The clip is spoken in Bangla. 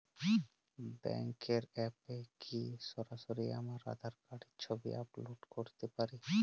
ব্যাংকের অ্যাপ এ কি সরাসরি আমার আঁধার কার্ড র ছবি আপলোড করতে পারি?